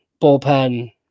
bullpen